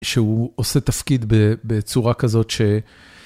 שהוא עושה תפקיד בצורה כזאת ש...